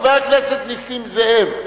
חבר הכנסת נסים זאב רביעי,